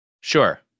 Sure